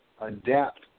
adapt